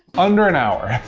under an hour.